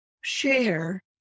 share